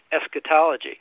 eschatology